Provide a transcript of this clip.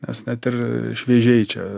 nes net ir šviežiai čia